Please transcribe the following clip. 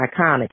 iconic